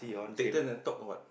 take turn and talk what